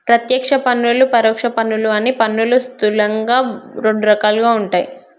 ప్రత్యక్ష పన్నులు, పరోక్ష పన్నులు అని పన్నులు స్థూలంగా రెండు రకాలుగా ఉంటయ్